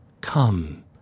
Come